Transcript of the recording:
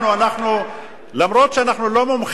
אומנם אנחנו לא מומחים,